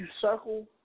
circle